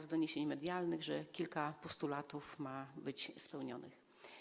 Z doniesień medialnych wynika, że kilka postulatów ma być spełnionych.